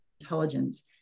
intelligence